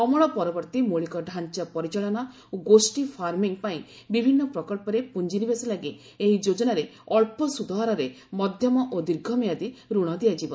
ଅମଳ ପରବର୍ତ୍ତୀ ମୌଳିକ ଢାଞ୍ଚା ପରିଚାଳନା ଓ ଗୋଷୀ ଫାର୍ମିଂ ପାଇଁ ବିଭିନ୍ନ ପ୍ରକଳ୍ପରେ ପୁଞ୍ଜିନିବେଶ ଲାଗି ଏହି ଯେଜାନାରେ ଅଳ୍ପ ସୁଧହାରରେ ମଧ୍ୟମ ଓ ଦୀର୍ଘ ମିଆଦି ରଣ ଦିଆଯିବ